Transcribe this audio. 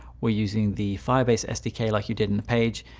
we're using the firebase sdk, like you did in the page.